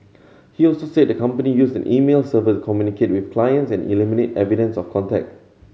he also said the company used an email server communicate with clients and eliminate evidence of contact